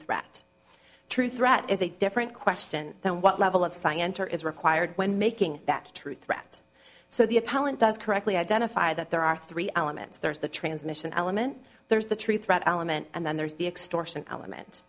threat true threat is a different question than what level of scienter is required when making that true threat so the appellant does correctly identify that there are three elements there's the transmission element there's the true threat element and then there's the extortion element